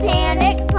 Panic